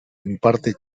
imparte